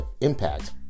impact